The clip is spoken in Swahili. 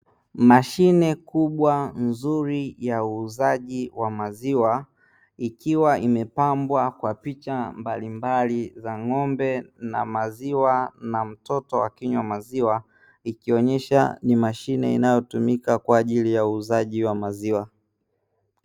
Mashine kubwa nzuri ya uuzaji wa maziwa ikiwa imepambwa kwa picha mbalimbali za ng'ombe na maziwa, na mtoto akinywa maziwa, ikionesha ni mashine inayotumika kwaajili ya uuzaji wa maziwa.